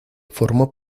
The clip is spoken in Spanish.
formó